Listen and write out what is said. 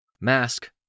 Mask